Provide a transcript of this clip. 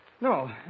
No